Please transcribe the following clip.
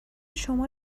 شما